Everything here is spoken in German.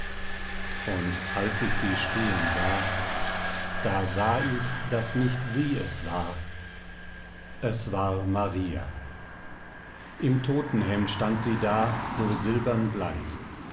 und als ich sie stehen sah da sah ich daß nicht sie es war es war maria im totenhemd stand sie da so silbern bleich